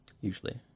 usually